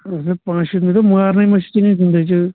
اکھ ہتھ پٲنٛژھ شیٖتھ مےٚ دوٚپ مارنےَ ما چھُ ژےٚ نِنۍ زِنٛدے